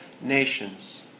nations